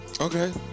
Okay